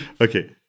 Okay